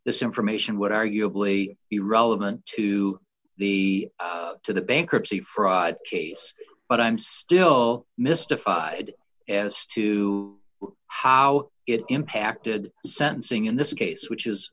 this information would arguably be relevant to the to the bankruptcy fraud case but i'm still mystified as to how it impacted sentencing in this case which is